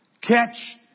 catch